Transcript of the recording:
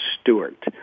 Stewart